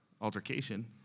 altercation